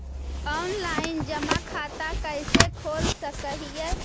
Online जमा खाता कैसे खोल सक हिय?